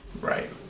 right